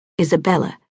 Isabella